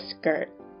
skirt